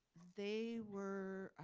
they were